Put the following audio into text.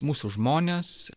mūsų žmonės